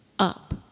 up